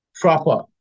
Proper